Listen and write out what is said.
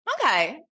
Okay